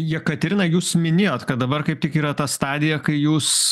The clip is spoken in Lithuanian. jekaterina jūs minėjot kad dabar kaip tik yra ta stadija kai jūs